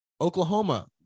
Oklahoma